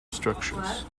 structures